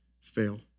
fail